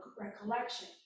recollection